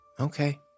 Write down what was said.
Okay